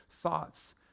thoughts